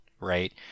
right